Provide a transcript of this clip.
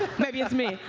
maybe it's me.